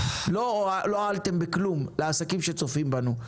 לא הועלתם בכלום לעסקים שצופים בנו.